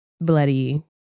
bloody